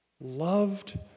loved